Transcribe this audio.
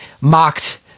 mocked